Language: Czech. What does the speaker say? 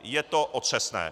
Je to otřesné.